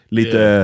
lite